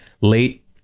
late